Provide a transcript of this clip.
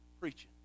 preaching